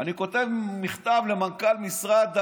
אני כותב מכתב למנכ"ל משרד החוץ: